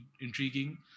intriguing